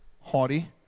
haughty